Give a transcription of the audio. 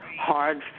hard